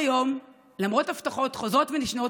למרות הבטחות חוזרות ונשנות